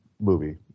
movie